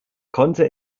konnte